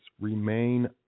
remain